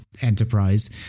Enterprise